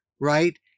Right